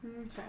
Okay